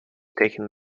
taken